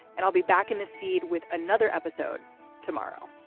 and i'll be back in this field with another episode tomorrow